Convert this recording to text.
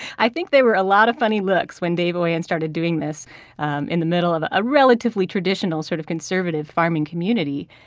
i think there were a lot of funny looks when dave oien and started doing this in the middle of a relatively traditional sort of conservative farming community.